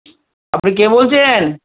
আপনি কে বলছেন